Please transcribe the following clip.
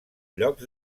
llocs